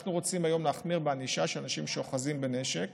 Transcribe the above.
אנחנו רוצים היום להחמיר בענישה של אנשים שאוחזים בנשק